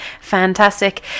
fantastic